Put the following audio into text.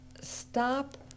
stop